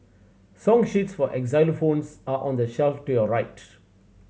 song sheets for xylophones are on the shelf to your right